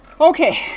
Okay